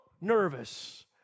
nervous